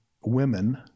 women